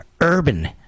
Urban